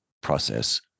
process